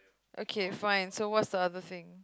okay fine so what's the other thing